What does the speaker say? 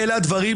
אלה הדברים,